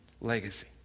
legacy